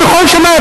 בכל שנה,